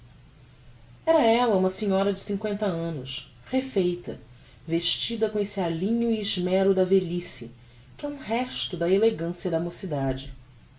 era ella uma senhora de cincoenta annos refeita vestida com esse alinho e esmero da velhice que é um resto da elegancia da mocidade